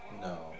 No